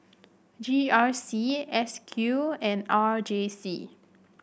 G R C S Q and R J C